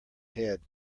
head